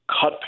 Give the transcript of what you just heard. cut